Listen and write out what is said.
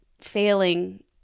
failing